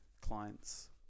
clients